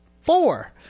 four